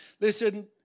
listen